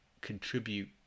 contribute